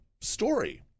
story